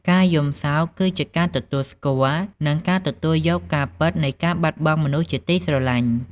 ការយំសោកគឺជាការទទួលស្គាល់ និងការទទួលយកការពិតនៃការបាត់បង់មនុស្សជាទីស្រឡាញ់។